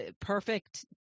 perfect